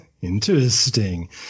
interesting